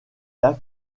lac